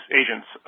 agents